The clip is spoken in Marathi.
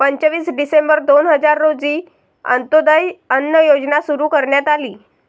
पंचवीस डिसेंबर दोन हजार रोजी अंत्योदय अन्न योजना सुरू करण्यात आली